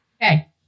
Okay